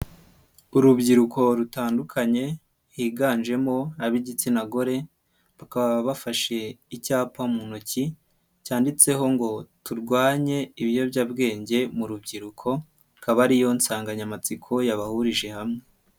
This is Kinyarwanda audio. Urubyiruko rutandukanye higanjemo ab'igitsina gore bakaba bafashe icyapa mu ntoki cyanditseho ngo turwanye ibiyobyabwenge mu rubyiruko, akaba ari yo nsanganyamatsiko yabahurije hamwe.